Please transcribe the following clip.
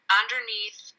underneath